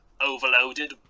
overloaded